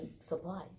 supplies